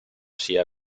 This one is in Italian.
sia